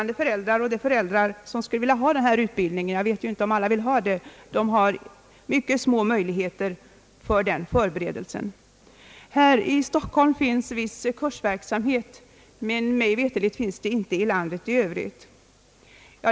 De föräldrar och blivande föräldrar som skulle vilja ha denna utbildning — jag tror att de flesta vill ha den — har mycket små möjligheter att få en sådan utbildning. Här i Stockholm finns viss kursverksamhet, men mig «veterligt finns det inte i landet i övrigt.